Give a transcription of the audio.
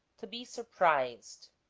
to be surprised